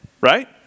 right